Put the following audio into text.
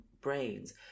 brains